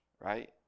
right